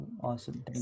Awesome